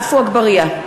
(קוראת בשמות חברי הכנסת) עפו אגבאריה,